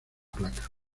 placa